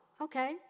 okay